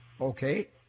okay